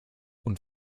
und